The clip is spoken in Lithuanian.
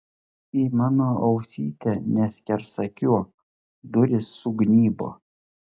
į mano ausytę neskersakiuok durys sugnybo